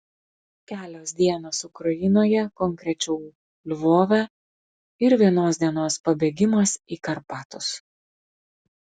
kelios dienos ukrainoje konkrečiau lvove ir vienos dienos pabėgimas į karpatus